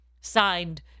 Signed